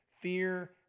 Fear